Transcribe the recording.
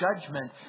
judgment